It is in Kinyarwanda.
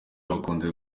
bakunze